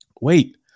Wait